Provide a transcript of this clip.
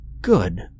good